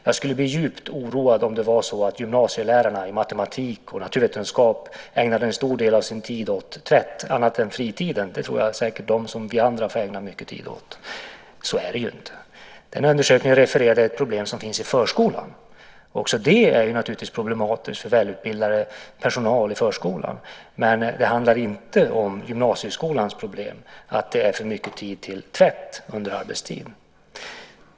Jag skulle bli djupt oroad om det skulle vara så att gymnasielärarna i matematik och naturvetenskap ägnade en stor del av sin tid åt tvätt, annat än på fritiden - där får säkert de som vi andra ägna mycket tid åt tvätt. Så är det inte. Den undersökningen refererar till ett problem som finns i förskolan. Det är naturligtvis problematiskt för välutbildad personal i förskolan. Men det handlar inte om gymnasieskolans problem att det ägnas för mycket tid till tvätt under arbetstid.